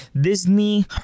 Disney